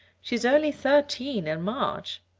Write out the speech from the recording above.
she's only thirteen in march.